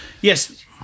yes